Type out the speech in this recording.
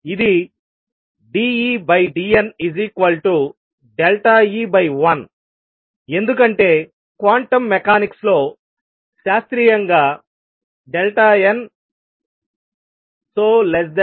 ఇది d Ed n E1 ఎందుకంటే quantum మెకానిక్స్లో శాస్త్రీయంగా n n